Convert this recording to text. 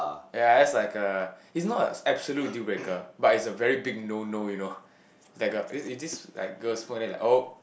ya that's like a it's not a absolute deal breaker but it's a very big no no you know like uh is is this like girl's phone then I oh